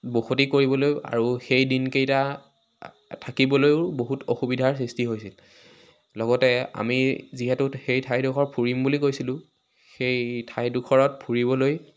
বসতি কৰিবলৈ আৰু সেই দিনকেইটা থাকিবলৈয়ো বহুত অসুবিধাৰ সৃষ্টি হৈছিল লগতে আমি যিহেতু সেই ঠাইডোখৰ ফুৰিম বুলি গৈছিলো সেই ঠাইডোখৰত ফুৰিবলৈ